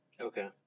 Okay